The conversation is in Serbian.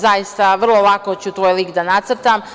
Zaista, vrlo lako ću tvoj lik da nacrtam.